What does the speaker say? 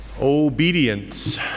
Obedience